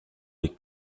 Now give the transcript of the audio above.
les